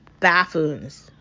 baffoons